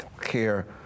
care